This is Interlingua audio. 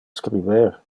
scriber